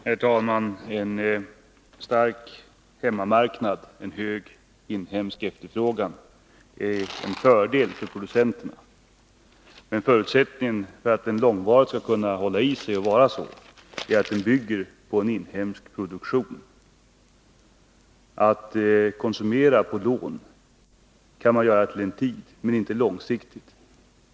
Herr talman! En stark hemmamarknad, en hög inhemsk efterfrågan, är en fördel för producenterna, men förutsättningen för att en sådan efterfrågan långvarigt skall kunna hålla i sig är, att den bygger på en inhemsk produktion. Konsumera på lån kan man göra under en tid, men inte långsiktigt.